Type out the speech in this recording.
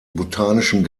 botanischen